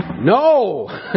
No